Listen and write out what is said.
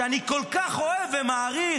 שאני כל כך אוהב ומעריך,